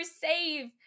save